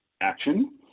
action